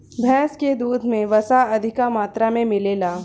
भैस के दूध में वसा अधिका मात्रा में मिलेला